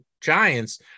Giants